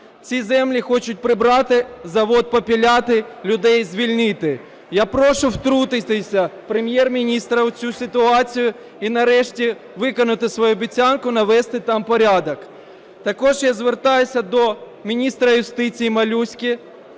Ці землі хочуть прибрати, завод попиляти, людей звільнити. Я прошу втрутитися Прем'єр-міністра у цю ситуацію - і нарешті виконати свою обіцянку навести там порядок. Також я звертаюся до міністра юстиції Малюськи